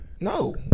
No